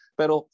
pero